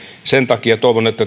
sen takia toivon että